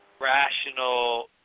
rational